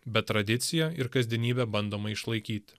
bet tradiciją ir kasdienybę bandoma išlaikyti